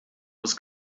was